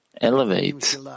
elevate